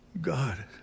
God